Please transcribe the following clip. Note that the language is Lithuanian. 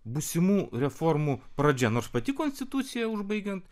būsimų reformų pradžia nors pati konstitucija užbaigiant